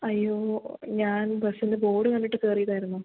അയ്യോ ഞാൻ ബസ്സിൻ്റെ ബോഡ് കണ്ടിട്ട് കയറീതായിരുന്നു